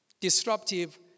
Disruptive